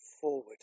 forward